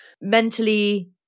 mentally